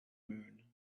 moon